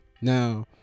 now